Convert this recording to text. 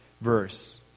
verse